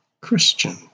Christian